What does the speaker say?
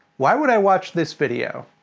why would i watch this video?